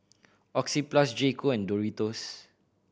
Oxyplus J Co and Doritos